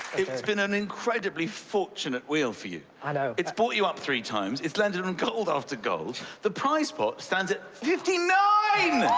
it's been an incredibly fortunate wheel for you. i know. it's brought you up three times. it's landed on and gold after gold. the prize pot stands at fifty nine